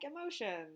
emotions